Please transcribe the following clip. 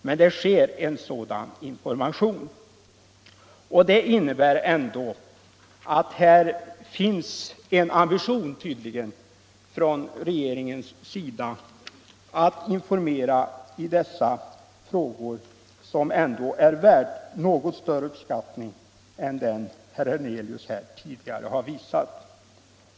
Men det sker som sagt en sådan information.” Detta innebär att det finns en tydlig ambition hos regeringen att informera i dessa frågor som ändå är värd något större uppskattning än den herr Hernelius här tidigare har visat.